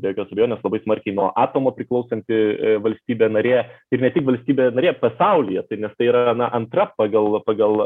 be jokios abejonės labai smarkiai nuo atomo priklausanti valstybė narė ir ne tik valstybė narė pasaulyje tai nes tai yra na antra pagal pagal